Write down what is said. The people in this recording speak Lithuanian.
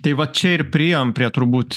tai va čia ir priėjom prie turbūt